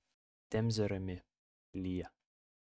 temzė rami lyja